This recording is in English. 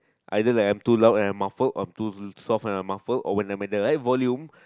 either like I am too loud and I muffled I am too soft and I muffled or when I am at the right volume